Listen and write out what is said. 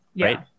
right